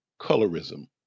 colorism